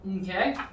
Okay